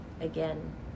Again